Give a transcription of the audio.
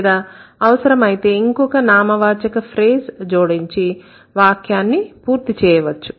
లేదా అవసరమైతే ఇంకొక నామవాచక ఫ్రేజ్ జోడించి వాక్యాన్ని పూర్తి చేయవచ్చు